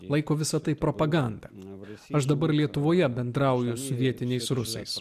laiko visa tai propaganda numeris aš dabar lietuvoje bendrauju su vietiniais rusais